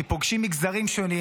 שפוגשים מגזרים שונים,